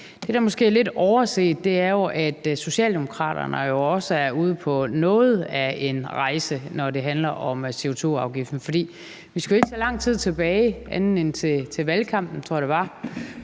det, der måske er lidt overset, er, at Socialdemokraterne jo også er ude på noget af en rejse, når det handler om CO2-afgiften. For vi skal jo ikke længere tid tilbage end til valgkampen, tror jeg det var,